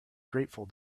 grateful